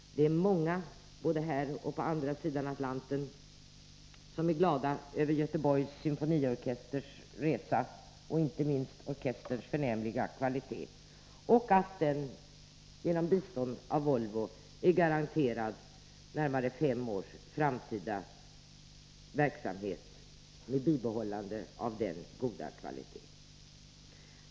Det är många, både här och på andra sidan Atlanten, som är glada över Göteborgs symfoniorkesters resa — och inte minst över orkesterns förnämliga kvalitet — och över att den genom bistånd av Volvo är garanterad närmare fem års framtida verksamhet med bibehållande av denna goda kvalitet.